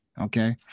Okay